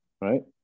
right